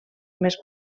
més